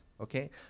okay